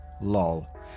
lol